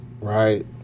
right